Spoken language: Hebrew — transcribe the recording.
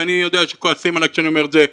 ואני יודע שכועסים עליי כשאני אומר את זה,